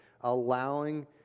allowing